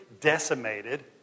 decimated